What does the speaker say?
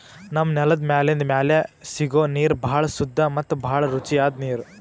ನಮ್ಮ್ ನೆಲದ್ ಮ್ಯಾಲಿಂದ್ ಮ್ಯಾಲೆ ಸಿಗೋ ನೀರ್ ಭಾಳ್ ಸುದ್ದ ಮತ್ತ್ ಭಾಳ್ ರುಚಿಯಾದ್ ನೀರ್